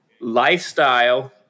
lifestyle